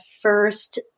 first